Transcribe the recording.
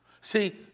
See